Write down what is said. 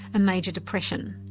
a major depression,